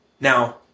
Now